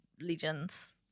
Legends